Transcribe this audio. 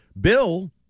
Bill